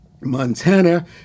Montana